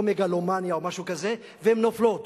או מגלומניה או משהו כזה, והן נופלות.